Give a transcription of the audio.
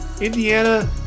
Indiana